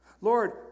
Lord